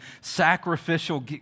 sacrificial